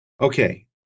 Okay